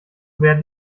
werden